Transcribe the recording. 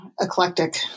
eclectic